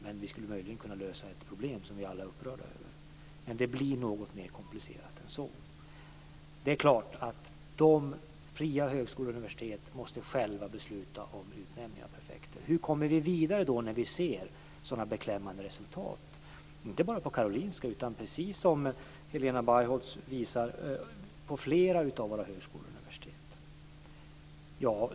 Men vi skulle möjligen kunna lösa ett problem som vi alla är upprörda över. Men det blir något mer komplicerat än så. Det är klart att de fria högskolorna och universiteten måste själva besluta om utnämning av prefekter. Hur kommer vi då vidare när vi ser sådana beklämmande resultat, inte bara på Karolinska institutet utan precis som Helena Bargholtz visar på flera av våra högskolor och universitet?